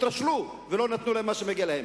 התרשלנו ולא נתנו להם מה שמגיע להם.